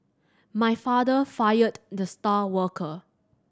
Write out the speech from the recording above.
my father fired the star worker